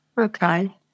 Okay